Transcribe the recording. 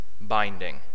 binding